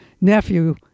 nephew